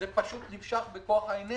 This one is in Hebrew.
זה פשוט נמשך בכוח האינרציה.